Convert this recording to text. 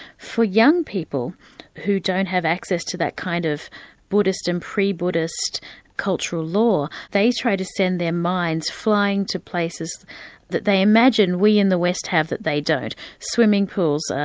for young people who don't have access to that kind of buddhist and pre-buddhist cultural law, they try to send their minds flying to places that they imagine we in the west have that they don't swimming pools,